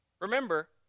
Remember